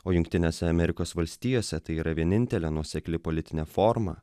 o jungtinėse amerikos valstijose tai yra vienintelė nuosekli politinę formą